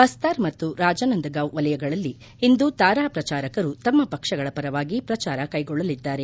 ಬಸಾರ್ ಮತ್ತು ರಾಜಾನಂದಗಾಂವ್ ವಲಯಗಳಲ್ಲಿ ಇಂದು ತಾರಾ ಪ್ರಚಾರಕರು ತಮ್ನ ಪಕ್ಷಗಳ ಪರವಾಗಿ ಪ್ರಚಾರ ಕ್ಷೆಗೊಳ್ಲಲಿದ್ದಾರೆ